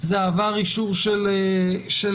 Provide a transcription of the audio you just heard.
זה עבר אישור של הכנסת,